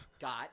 got